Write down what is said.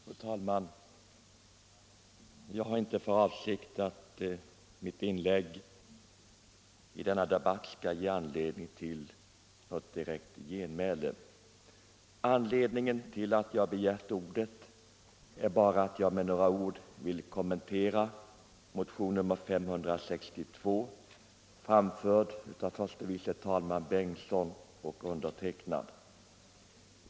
Fru talman! Jag har inte för avsikt att komma med ett inlägg i denna debatt som kan ge anledning till något direkt genmäle. Anledningen till att jag begärt ordet är bara att jag med några ord vill kommentera motionen 562, väckt av herr förste vice talmannen Bengtson och mig.